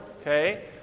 okay